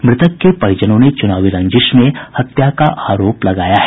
मृतक के परिजनों ने चुनावी रंजिश में हत्या का आरोप लगाया है